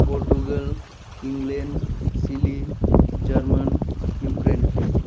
Portugal England Chile German Ukraine